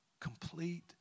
complete